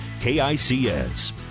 KICS